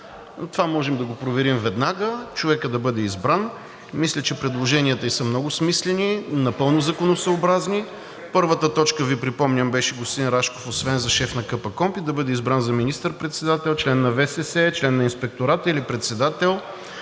Това можем да го проверим веднага, човекът да бъде избран, мисля, че предложенията ѝ са много смислени и напълно законосъобразни. Първата точка, Ви припомням, беше господин Рашков освен за шеф на КПКОНПИ да бъде избран за министър-председател, член на ВСС, член на Инспектората или председател,